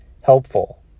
helpful